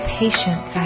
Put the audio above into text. patience